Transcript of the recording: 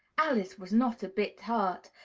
alice was not a bit hurt,